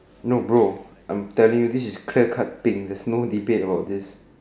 no bro I'm telling you this is clear cut thing there's no debate about this